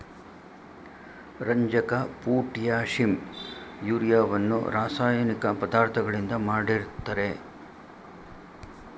ರಂಜಕ, ಪೊಟ್ಯಾಷಿಂ, ಯೂರಿಯವನ್ನು ರಾಸಾಯನಿಕ ಪದಾರ್ಥಗಳಿಂದ ಮಾಡಿರ್ತರೆ